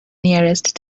nearest